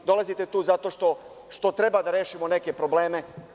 Dolazite tu zato što treba da rešimo neke probleme.